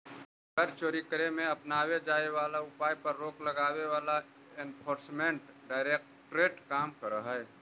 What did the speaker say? कर चोरी करे में अपनावे जाए वाला उपाय पर रोक लगावे ला एनफोर्समेंट डायरेक्टरेट काम करऽ हई